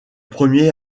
premier